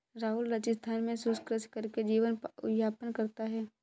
राहुल राजस्थान में शुष्क कृषि करके जीवन यापन करता है